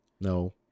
no